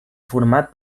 format